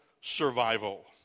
survival